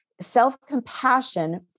Self-compassion